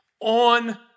on